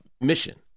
mission